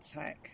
tech